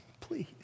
Please